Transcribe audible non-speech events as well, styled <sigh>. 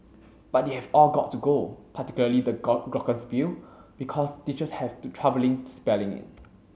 but they've all got to go particularly the <unintelligible> glockenspiel because teachers have to troubling spelling it